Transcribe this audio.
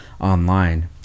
online